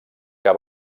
que